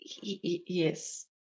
Yes